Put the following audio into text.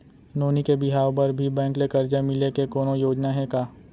नोनी के बिहाव बर भी बैंक ले करजा मिले के कोनो योजना हे का?